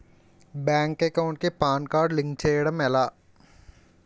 Bank account కి PAN card link చేయడం ఎలా?